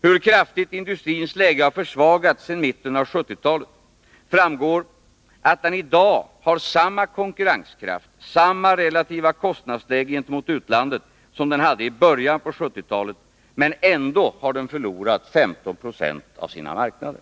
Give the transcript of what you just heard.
Hur kraftigt industrins läge har försvagats sedan mitten av 1970-talet framgår av att den i dag har samma konkurrenskraft, samma relativa kostnadsläge gentemot utlandet, som den hade i början av 1970-talet, men ändå har den förlorat 15 96 av sina marknader.